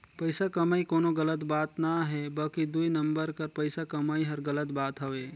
पइसा कमई कोनो गलत बात ना हे बकि दुई नंबर कर पइसा कमई हर गलत बात हवे